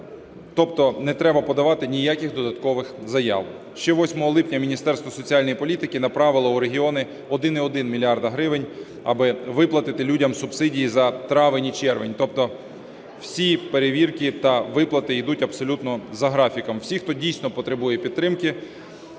тобто не треба подавати ніяких додаткових заяв. Ще 8 липня Міністерство соціальної політики направило в регіони 1,1 мільярда гривень, аби виплатити людям субсидії за травень і червень. Тобто всі перевірки та виплати йдуть абсолютно за графіком. Всі, хто дійсно потребує підтримки,